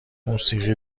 موسیقی